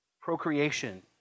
Procreation